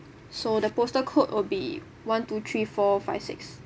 so the postal code would be one two three four five six